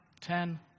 ten